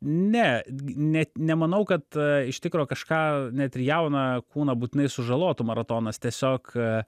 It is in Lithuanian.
ne ne nemanau kad iš tikro kažką net ir jauną kūną būtinai sužalotų maratonas tiesiog